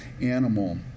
animal